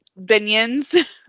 Binions